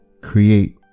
create